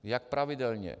Jak pravidelně?